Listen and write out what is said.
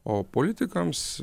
o politikams